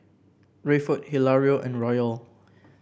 Rayford Hilario and Royal